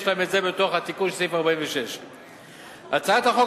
זה ניתן להם בתוך תיקון סעיף 46. הצעת החוק